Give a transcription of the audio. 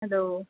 hello